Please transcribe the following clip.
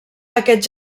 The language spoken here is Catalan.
aquest